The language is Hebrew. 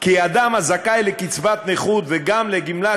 כי אדם הזכאי לקצבת נכות וגם לגמלת